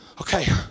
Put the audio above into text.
Okay